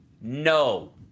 No